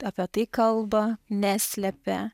apie tai kalba neslepia